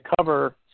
cover